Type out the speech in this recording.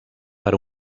per